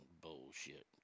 bullshit